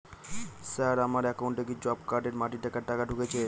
Sir আমার একাউন্টে কি জব কার্ডের মাটি কাটার টাকা ঢুকেছে?